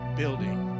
building